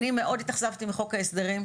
אני מאוד התאכזבתי מחוק ההסדרים,